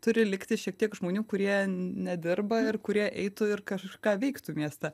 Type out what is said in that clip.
turi likti šiek tiek žmonių kurie nedirba ir kurie eitų ir kažką veiktų mieste